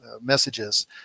messages